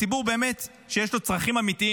ציבור שבאמת יש לו צרכים אמיתיים,